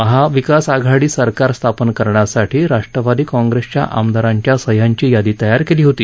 महाविकास आघाडीचं सरकार स्थापन करण्यासाठी राष्ट्रवादी काँग्रेसच्या आमदारांच्या सह्यांची यादी तयार केली होती